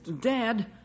Dad